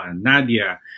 Nadia